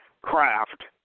craft